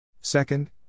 Second